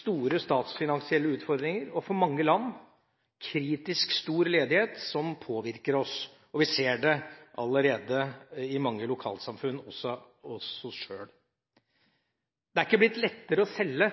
store statsfinansielle utfordringer, og for mange land kritisk stor ledighet som påvirker oss. Vi ser det allerede i mange lokalsamfunn også hos oss sjøl. Det er ikke blitt lettere å selge